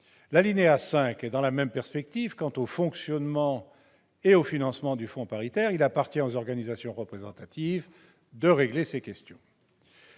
alinéa se situe dans la même perspective quant au fonctionnement et au financement du fonds paritaire. Il appartient aux organisations représentatives de régler ces questions.